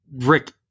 Rick